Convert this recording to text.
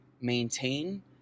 maintain